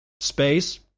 space